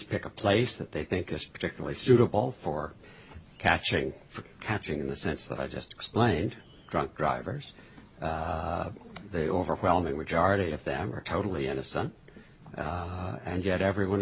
pick a place that they think is particularly suitable for catching for catching the sense that i just explained drunk drivers they overwhelming majority of them are totally innocent and yet everyone